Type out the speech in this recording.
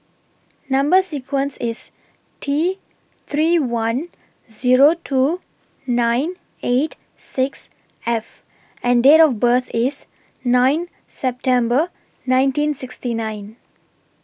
Number sequence IS T three one Zero two nine eight six F and Date of birth IS nine September nineteen sixty nine